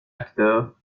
acteurs